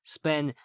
spend